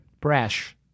Brash